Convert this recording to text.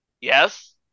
Yes